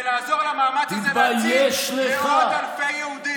לעזור למאמץ הזה להציל מאות אלפי יהודים.